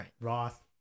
Roth